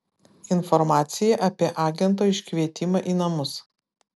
informacija apie agento iškvietimą į namus